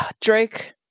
Drake